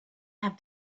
have